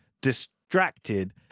distracted